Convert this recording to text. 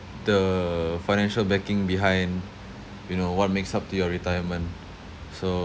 the financial backing behind you know what makes up to your retirement so~